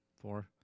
four